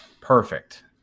Perfect